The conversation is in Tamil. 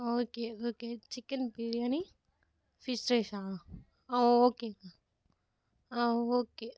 okay okay chicken biryani fish ரைஸா ஆ ஓகேண்ணா ஆ ஓகே